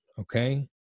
okay